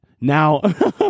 Now